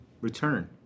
return